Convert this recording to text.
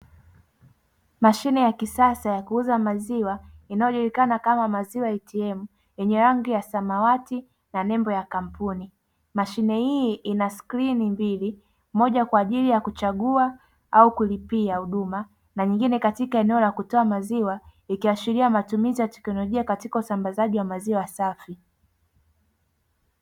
Mashine ya kisasa ya kuuza maziwa inayojulikana kama "maziwa ATM" yenye rangi ya samawati na nembo ya kampuni, mashine hii ina skrini mbili, moja kwa ajili ya kuchagua au kulipia huduma na nyingine katiak eneo la kutoa maziwa , ikiashiria matumizi ya teknolojia katika usambazaji wa maziwa safi.